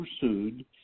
pursued